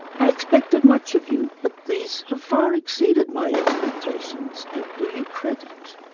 i expected much of you, but these have far exceeded my expectations, and do you credit.